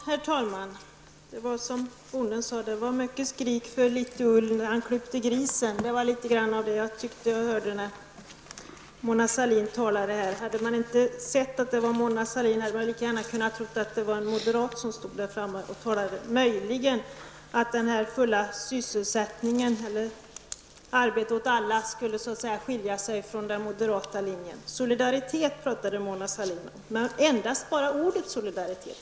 Herr talman! Det var mycket skrik för litet ull, sade bonden när han klippte grisen. Det var litet grand av det jag tyckte mig höra när Mona Sahlin talade. Hade man inte sett Mona Sahlin hade man lika gärna kunnat tro att det var en moderat som stod i talarstolen. Möjligen skulle uttalandet om arbete åt alla kunna skilja sig från den moderata linjen. Mona Sahlin talade om solidaritet. Men det var endast ordet solidaritet.